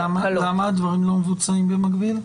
למה הדברים לא מבוצעים במקביל?